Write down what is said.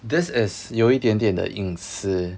this is 有一点点的隐私